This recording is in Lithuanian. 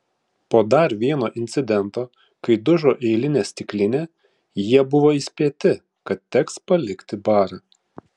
po dar vieno incidento kai dužo eilinė stiklinė jie buvo įspėti kad teks palikti barą